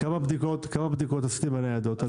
כמה בדיקות עשיתם באמצעות הניידות?